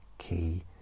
key